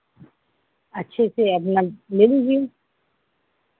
अच्छे से अपना ले लीजिए